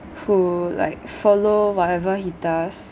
who like follow whatever he does